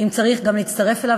ואם צריך גם נצטרף אליו.